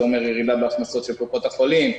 זה אומר ירידה בהכנסות של קופות החולים.